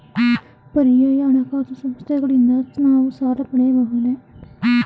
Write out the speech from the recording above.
ಪರ್ಯಾಯ ಹಣಕಾಸು ಸಂಸ್ಥೆಗಳಿಂದ ನಾವು ಸಾಲ ಪಡೆಯಬಹುದೇ?